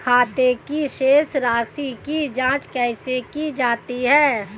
खाते की शेष राशी की जांच कैसे की जाती है?